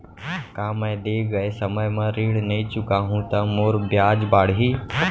का मैं दे गए समय म ऋण नई चुकाहूँ त मोर ब्याज बाड़ही?